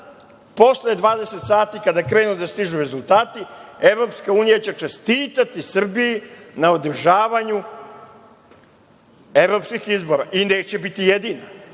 posle 20.00 sati, kada krenu da stižu rezultati, EU će čestitati Srbiji na održavanju evropskih izbora i neće biti jedina.